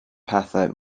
pethau